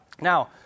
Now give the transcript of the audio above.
Now